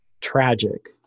tragic